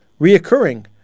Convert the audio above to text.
reoccurring